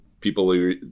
people